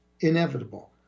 inevitable